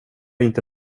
inte